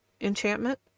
enchantment